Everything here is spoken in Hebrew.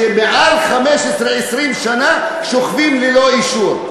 שמעל 15 20 שנה שוכבות ללא אישור.